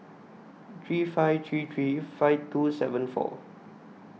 three five three three five two seven four